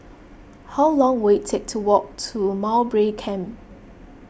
how long will it take to walk to Mowbray Camp